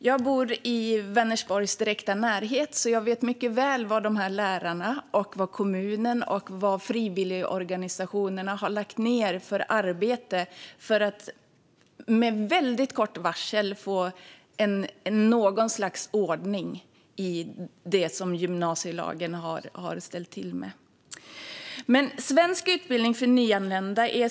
Jag bor i Vänersborgs direkta närhet och vet mycket väl vilket arbete som dessa lärare, kommunen och frivilligorganisationerna har lagt ned för att med mycket kort varsel få något slags ordning i det som gymnasielagen har ställt till.